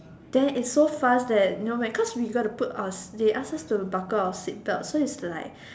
then is so fast that you know because we got to put our they ask us to buckle our seat belt so is like